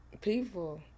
people